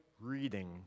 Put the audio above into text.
reading